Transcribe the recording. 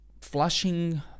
flushing